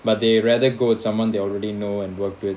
but they rather go with someone they already know and worked with